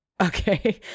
okay